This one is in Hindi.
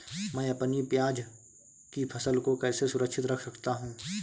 मैं अपनी प्याज की फसल को कैसे सुरक्षित रख सकता हूँ?